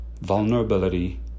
Vulnerability